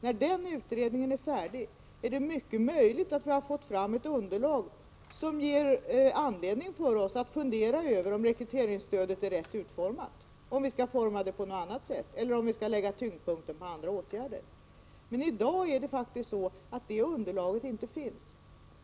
När den utredningen är färdig, är det mycket möjligt att vi har fått ett underlag som ger oss anledning att fundera över om rekryteringsstödet är riktigt utformat eller om vi skall utforma det på något annat sätt eller lägga tyngdpunkten på andra åtgärder. Men i dag är det faktiskt så att det underlaget inte finns.